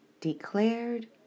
declared